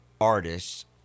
artists